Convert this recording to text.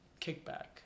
kickback